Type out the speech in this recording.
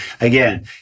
again